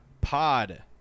Pod